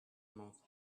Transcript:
mouth